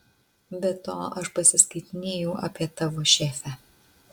be to aš pasiskaitinėjau apie tavo šefę